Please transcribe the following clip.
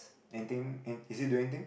anything any~ is he doing anything